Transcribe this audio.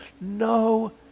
no